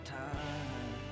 time